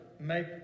make